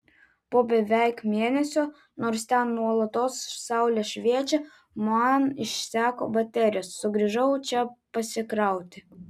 po beveik mėnesio nors ten nuolatos saulė šviečia man išseko baterijos sugrįžau čia pasikrauti